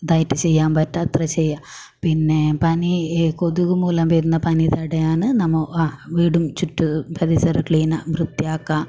ഇതായിട്ട് ചെയ്യാൻ പറ്റോ അത്ര ചെയ്യുക പിന്നെ പനി കൊതുക് മൂലം വരുന്ന പനി തടയാന് നമ്മൾ ആ വീടും ചുറ്റും പരിസരം ക്ലീന് വൃത്തിയാക്കുക